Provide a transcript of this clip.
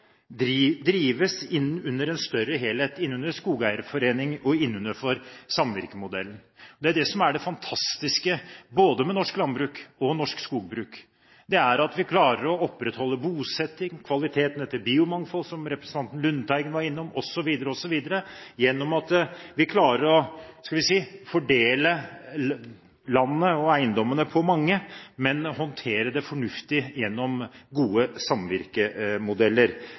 mangfoldige, drives i en større helhet under skogeierforeninger og innenfor samvirkemodellen. Det fantastiske med både norsk landbruk og norsk skogbruk er at vi klarer å opprettholde bosetting, kvaliteten i biomangfoldet, som representanten Lundteigen var innom, osv., gjennom at vi deler landet og eiendommene på mange, men håndterer det fornuftig gjennom gode samvirkemodeller.